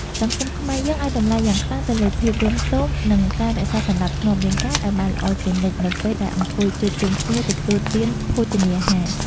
សង្គមខ្មែរយើងឱ្យតម្លៃយ៉ាងខ្លាំងទៅលើភាពរម្យទម និង ការរក្សាសណ្តាប់ធ្នាប់រាងកាយឱ្យបានល្អជានិច្ចនៅពេលដែលអង្គុយជួបជុំគ្នាទទួលទានភោជនាហារ។